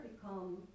become